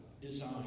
design